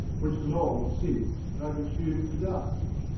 which long since are consumed to dust.